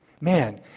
Man